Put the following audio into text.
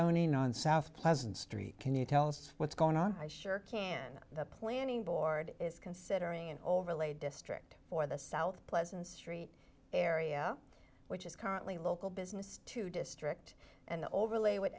rezoning on south pleasant street can you tell us what's going on i sure can the planning board is considering an overlay district for the south pleasant street area which is currently local business to district and the overlay would